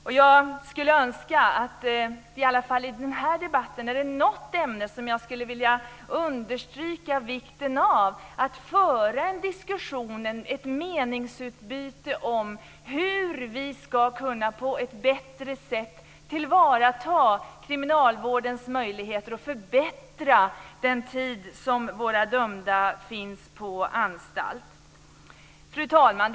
Om det är något ämne som jag skulle vilja understryka vikten av att vi för en diskussion om i denna debatt så är det hur vi på ett bättre sätt ska kunna tillvarata kriminalvårdens möjligheter och förbättra den tid som våra dömda finns på anstalt. Fru talman!